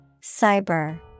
Cyber